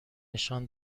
نشان